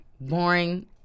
Boring